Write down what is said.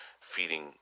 feeding